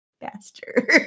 bastard